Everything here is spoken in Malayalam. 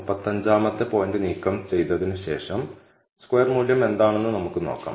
35 ാമത്തെ പോയിന്റ് നീക്കം ചെയ്തതിന് ശേഷം സ്ക്വയർ മൂല്യം എന്താണെന്ന് നമുക്ക് നോക്കാം